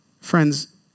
Friends